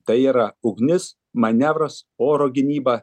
tai yra ugnis manevras oro gynyba